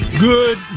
Good